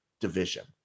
division